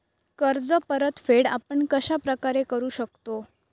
कर्ज परतफेड आपण कश्या प्रकारे करु शकतो?